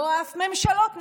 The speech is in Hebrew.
לא שום ממשלות נתניהו.